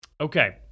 okay